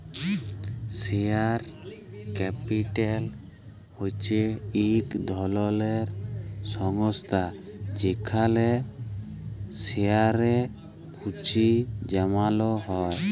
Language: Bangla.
শেয়ার ক্যাপিটাল হছে ইক ধরলের সংস্থা যেখালে শেয়ারে পুঁজি জ্যমালো হ্যয়